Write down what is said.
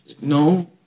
No